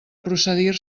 procedir